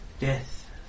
death